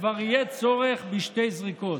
כבר יהיה צורך בשתי זריקות.